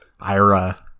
Ira